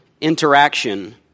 interaction